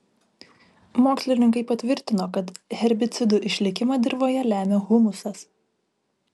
mokslininkai patvirtino kad herbicidų išlikimą dirvoje lemia humusas